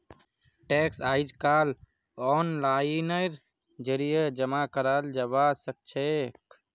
tax अइजकाल ओनलाइनेर जरिए जमा कराल जबा सखछेक